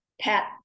pat